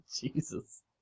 Jesus